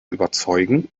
überzeugen